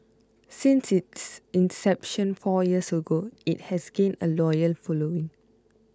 since its inception four years ago it has gained a loyal following